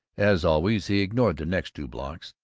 as always he ignored the next two blocks,